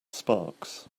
sparks